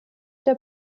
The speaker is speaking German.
der